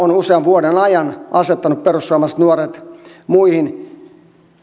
on usean vuoden ajan asettanut perussuomalaiset nuoret muihin